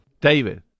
David